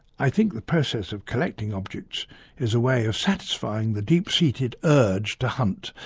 i think the process of collecting objects is a way of satisfying the deep-seated urge to hunt,